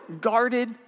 guarded